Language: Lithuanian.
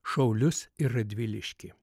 šaulius ir radviliškį